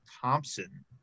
Thompson